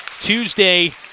Tuesday